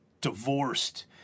divorced